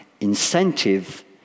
incentive